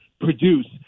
produce